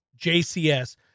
JCS